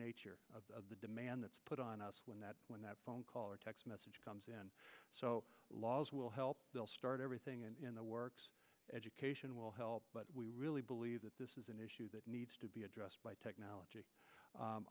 nature of the demand that's put on us when that when that phone call or text message comes in so laws will help will start everything and in the works education will help but we really believe that this is an issue that needs to be addressed by technology